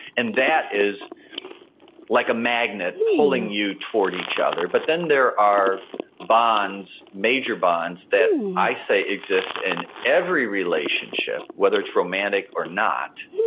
and that is like a magnet pulling you toward each other. but then there are bonds, major bonds that i say exist in every relationship, whether it's romantic or not,